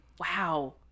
wow